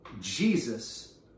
Jesus